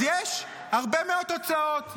אז יש הרבה מאוד תוצאות.